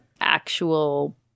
actual